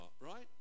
right